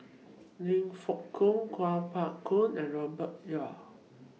Lim Fong Jock Kuo Pao Kun and Robert Yeo